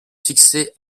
fixé